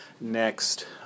next